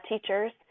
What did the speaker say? teachers